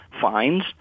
fines